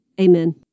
Amen